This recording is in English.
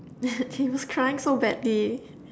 then he was crying so badly